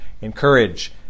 encourage